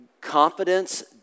confidence